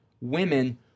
women